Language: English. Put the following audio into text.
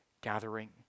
gathering